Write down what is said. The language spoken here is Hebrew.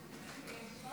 17